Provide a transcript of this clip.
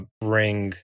bring